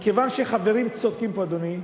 מכיוון שחברים צודקים פה, אדוני,